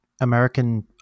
American